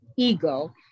Ego